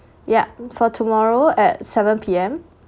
ya for tomorrow at seven P_M